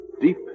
Deep